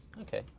Okay